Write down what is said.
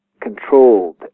controlled